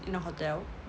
in a hotel